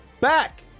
BACK